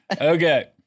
Okay